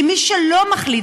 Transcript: כי מי שלא מחליט,